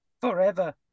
Forever